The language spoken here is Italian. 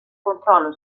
controllo